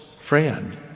friend